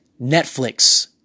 Netflix